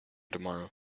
tomorrow